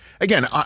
again